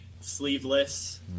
sleeveless